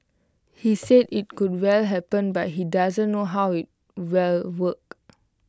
he said IT could well happen but he doesn't know how IT will work